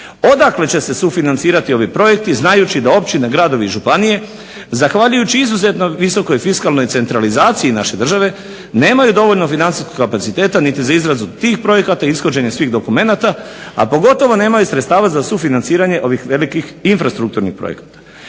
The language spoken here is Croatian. Odakle će se sufinancirati ovi projekti znajući da općine, gradovi i županije zahvaljujući izuzetno visokoj fiskalnoj centralizaciji naše države nemaju dovoljno financijskog kapaciteta niti za izradu tih projekata, ishođenje svih dokumenata, a pogotovo nemaju sredstava za sufinanciranje ovih velikih infrastrukturnih projekata.